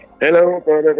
Hello